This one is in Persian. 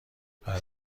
بعد